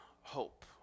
hope